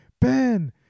Ben